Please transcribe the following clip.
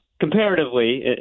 comparatively